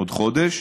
עוד חודש,